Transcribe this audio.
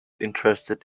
interested